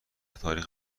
تاریخ